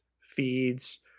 feeds